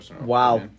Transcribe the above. wow